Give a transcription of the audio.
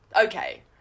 Okay